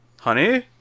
honey